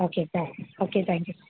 okay thank okay thank you